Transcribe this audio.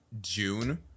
june